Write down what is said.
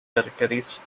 territories